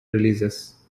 releases